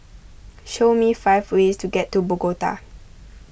show me five ways to get to Bogota